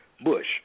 Bush